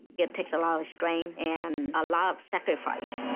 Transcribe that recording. it takes a lot of strain and a lot of sacrifice.